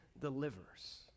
delivers